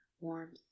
warmth